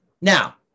Now